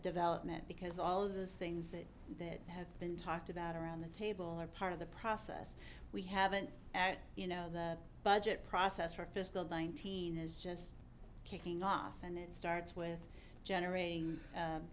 development because all of those things that have been talked about around the table are part of the process we haven't you know the budget process for fiscal nineteen is just kicking off and it starts with generating